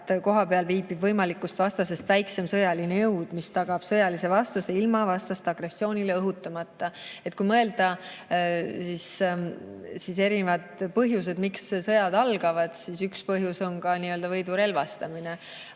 et kohapeal viibib võimalikust vastasest väiksem sõjaline jõud, mis tagab sõjalise vastupanu ilma vastast agressioonile õhutamata. Kui mõelda erinevaid põhjusi, miks sõjad algavad, siis üks põhjus on ka võidurelvastumine